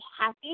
happy